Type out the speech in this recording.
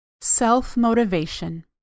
Self-motivation